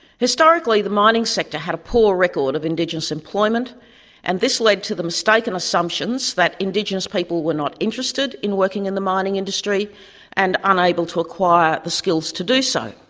historically the mining sector had a poor record of indigenous employment and this led to the mistaken assumptions that indigenous people were not interested in working in the mining industry and unable to acquire the skills to do so.